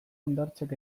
hondartzak